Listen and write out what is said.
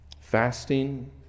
Fasting